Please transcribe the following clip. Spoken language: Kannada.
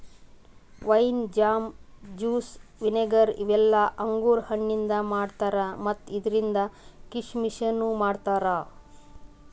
ವೈನ್, ಜಾಮ್, ಜುಸ್ಸ್, ವಿನೆಗಾರ್ ಇವೆಲ್ಲ ಅಂಗುರ್ ಹಣ್ಣಿಂದ್ ಮಾಡ್ತಾರಾ ಮತ್ತ್ ಇದ್ರಿಂದ್ ಕೀಶಮಿಶನು ಮಾಡ್ತಾರಾ